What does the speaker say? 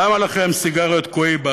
למה לכם סיגריות "קוהיבה"?